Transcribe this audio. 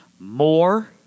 More